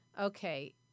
Okay